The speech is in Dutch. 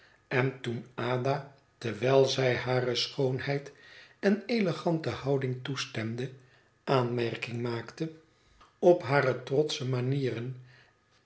en toen ada terwijl zij hare schoonheid en elegante houding toestemde aanmerking maakte op hare trotsche manieren